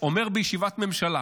אומר בישיבת ממשלה